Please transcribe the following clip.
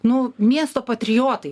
nu miesto patriotai